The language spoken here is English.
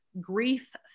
grief